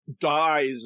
dies